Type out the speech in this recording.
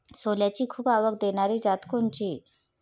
सोल्याची खूप आवक देनारी जात कोनची?